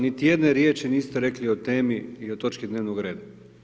Niti jedne riječi niste rekli o temi i o točki dnevnoga reda.